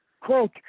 quote